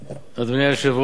אדוני היושב-ראש,